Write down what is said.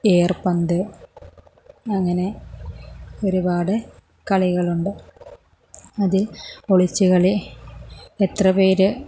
air പന്ത് അങ്ങനെ ഒരുപാട് കളികളുണ്ട് അതിൽ ഒളിച്ചുകളി എത്ര പേര്